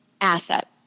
asset